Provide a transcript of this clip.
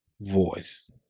voice